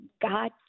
God